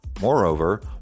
Moreover